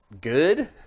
good